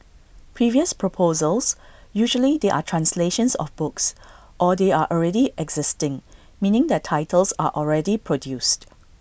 previous proposals usually they are translations of books or they are already existing meaning their titles are already produced